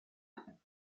art